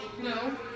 No